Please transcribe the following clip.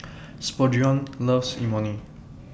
Spurgeon loves Imoni